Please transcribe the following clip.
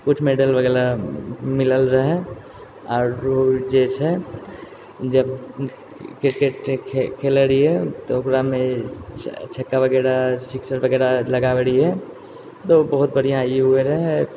कुछ मेडल वगैरह मिलल रहै आरो जे छेै जब क्रिकेटके खेलै रहिये तऽ ओकरामे छ छक्का वगैरह सिक्सर वगैरह लगाबे रहिये बहुत बढ़िआँ ई हुए रहै